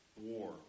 War